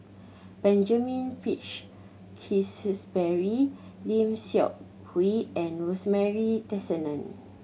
Benjamin Peach Keasberry Lim Seok Hui and Rosemary Tessensohn